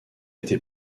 été